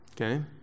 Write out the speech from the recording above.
Okay